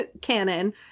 canon